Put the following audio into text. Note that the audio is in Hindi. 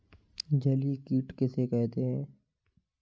जलीय कीट किसे कहते हैं?